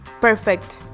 perfect